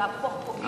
ייהפך לפוגע בעצמו.